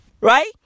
right